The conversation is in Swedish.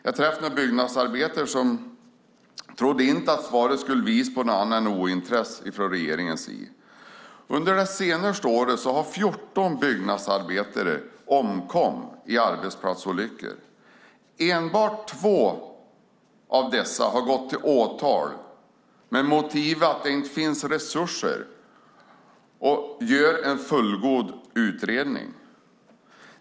Jag träffade några byggnadsarbetare som inte trodde att svaret skulle visa på något annat än ointresse från regeringens sida. Under det senaste året har 14 byggnadsarbetare omkommit i arbetsplatsolyckor. Enbart två av dessa har gått till åtal. Motiveringen har varit att det inte finns resurser att göra en fullgod utredning.